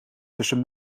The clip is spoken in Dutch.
tussen